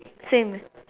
same